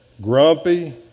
grumpy